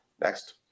Next